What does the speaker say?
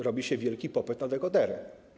Robi się wielki popyt na dekodery.